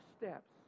steps